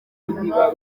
nyuma